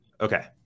okay